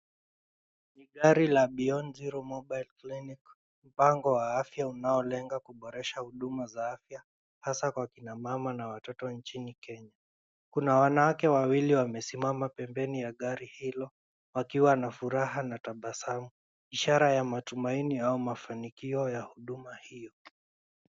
Ni gari la Beyond Zero mobile clinic , mpango wa afya unaolenga kuboresha huduma za afya, hasa kwa kina mama na watoto nchini Kenya. Kuna wanawake wawili wamesimama pembeni ya gari hilo wakiwa na furaha na tabasamu, ishara ya matumaini au mafanikio ya huduma hiyo.